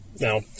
Now